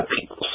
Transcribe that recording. people